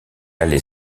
allait